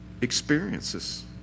experiences